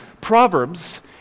Proverbs